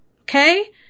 Okay